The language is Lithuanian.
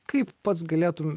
kaip pats galėtum